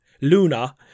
luna